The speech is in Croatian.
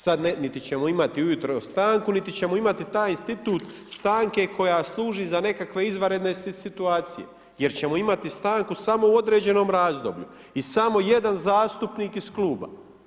Sada niti ćemo imati ujutro stanku, niti ćemo imati taj institut stanke koja služi za nekakve izvanredne situacije, jer ćemo imati stanku samo u određenom razdoblju i samo jedan zastupnik iz kluba.